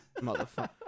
Motherfucker